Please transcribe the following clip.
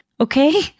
okay